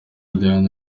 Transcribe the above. diana